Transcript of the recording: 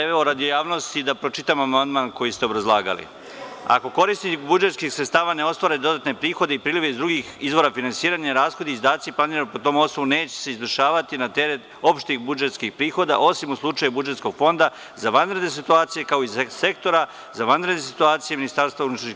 Evo radi javnosti, da pročitam amandman koji ste obrazlagali: „Ako korisnici budžetskih sredstava ne ostvare dodatne prihode i prilive iz drugih izvora finansiranja, rashodi i izdaci planirani po tom osnovu neće se izvršavati na teret opštih prihoda budžeta, osim u slučaju budžetskog fonda za vanredne situacija, kao i Sektora za vanredne situacije MUP“